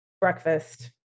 Breakfast